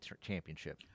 championship